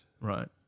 right